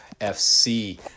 FC